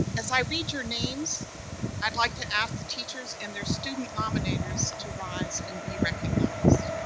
as i read your names i'd like to ask the teachers and their student nominators to rise and be recognized.